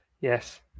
Yes